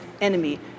enemy